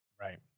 Right